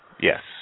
Yes